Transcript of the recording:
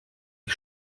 ich